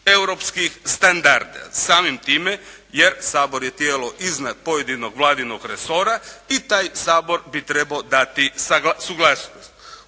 europskih standarda samim time jer Sabor je tijelo iznad pojedinog Vladinog resora i taj Sabor bi trebao dati suglasnost.